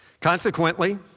Consequently